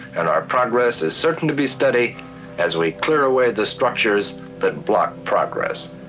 and our progress is certain to be steady as we clear away the structures that block progress.